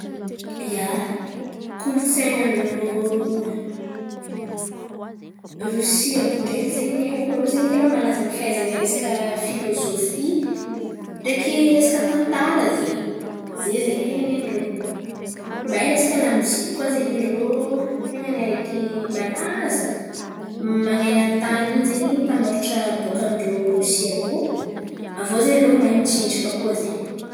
Ia, kolontsain̈in-drô Rosia àby io ndreky zen̈y, ny haiko irô zen̈y ten̈a malaza amy fahaizan̈a resaka filôzôfy ndreky resaka tantara zen̈y. Ze zen̈y ten̈a ny hain-drô. Mahay resaka lamoziky koa zen̈y irô ten̈a ny araiky malaza. Man̈eran-tany iny zen̈y mpanôratra bòka amin-drô Rosia àby io aviô zen̈y irô mahay mitsinjaka koa zen̈y.